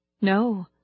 No